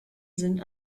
sind